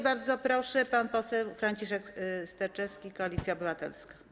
Bardzo proszę, pan poseł Franciszek Sterczewski, Koalicja Obywatelska.